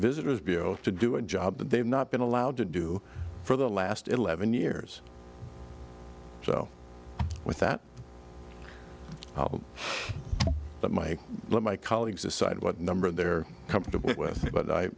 visitor's bureau to do a job that they've not been allowed to do for the last eleven years so with that let my let my colleagues decide what number they're comfortable with but